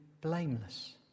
blameless